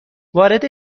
وارد